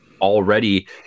already